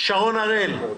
שרון הראל,